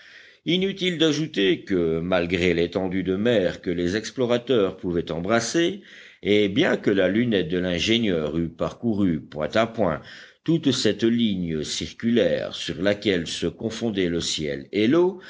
inutile d'ajouter que malgré l'étendue de mer que les explorateurs pouvaient embrasser et bien que la lunette de l'ingénieur eût parcouru point à point toute cette ligne circulaire sur laquelle se confondaient le ciel